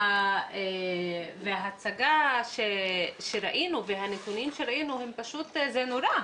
וההצגה שראינו והנתונים שראינו זה נורא,